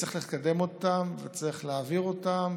צריך לקדם אותם וצריך להעביר אותם,